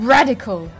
Radical